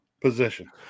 position